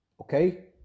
Okay